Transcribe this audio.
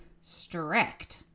strict